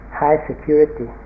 high-security